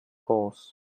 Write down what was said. course